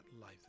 life